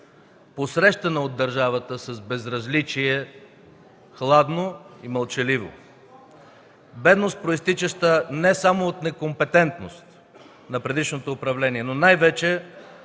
посрещана от държавата с безразличие, хладно и мълчаливо. Бедност, произтичаща не само от некомпетентност на предишното управление, но най-вече